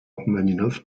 rachmaninov